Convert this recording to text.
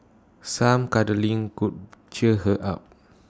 some cuddling could cheer her up